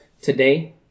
today